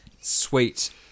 sweet